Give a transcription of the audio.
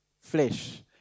flesh